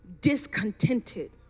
discontented